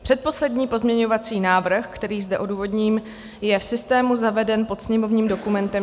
Předposlední pozměňovací návrh, který zde odůvodním, je v systému zaveden pod sněmovním dokumentem 3118.